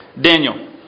Daniel